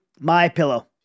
MyPillow